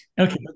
Okay